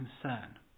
concern